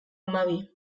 hamabi